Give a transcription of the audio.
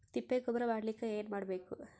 ತಿಪ್ಪೆ ಗೊಬ್ಬರ ಮಾಡಲಿಕ ಏನ್ ಮಾಡಬೇಕು?